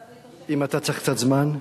צריך להתאושש, אם אתה צריך קצת זמן.